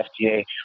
FDA